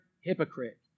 hypocrite